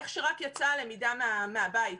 איך שרק יצאה הלמידה מהבית.